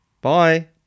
Bye